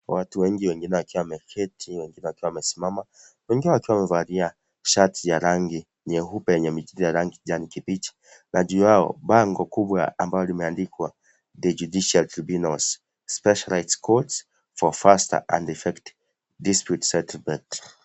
Watu wengi wengine wakiwa wameketi, wengine wakiwa wamesimama, wengine wakiwa wamevalia shati ya rangi nyeupe yenye michirizi ya rangi kijani kibichi na juu yao bango kubwa ambalo limeandikwa The Judiciary Tribunals, Specialized Courts For Faster And Effect Dispute Settlement .